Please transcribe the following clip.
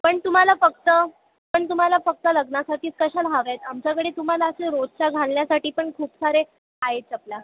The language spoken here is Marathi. पण तुम्हाला फक्त पण तुम्हाला फक्त लग्नासाठीच कशाला हव्या आहेत आमच्याकडे तुम्हाला असे रोजच्या घालण्यासाठी पण खूप सारे आहेत चपला